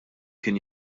kien